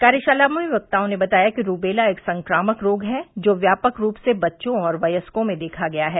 कार्यशाला में वक्ताओं ने बताया कि रूबेला एक संक्रमक रोग है जो व्यापक रूप से बच्चों एवं व्यस्को में देखा गया है